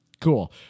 Cool